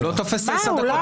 הוא לא תופס ל-10 דקות.